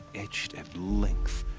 etched at length.